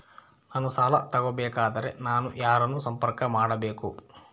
ನಾನು ಸಾಲ ತಗೋಬೇಕಾದರೆ ನಾನು ಯಾರನ್ನು ಸಂಪರ್ಕ ಮಾಡಬೇಕು?